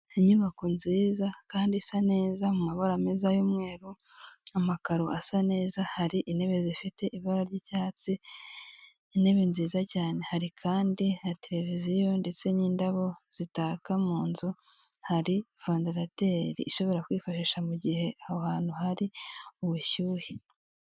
Inyubako nziza kandi isa neza mabara meza y'umweru, amakaro asa neza, hari intebe zifite ibara ry'icyatsi, intebe nziza cyane, hari kandi na televiziyo ndetse n'indabo zitakaka mu nzu, hari vandarateri ishobora kwifashisha mu gihe aho hantu hari ubushyuhe.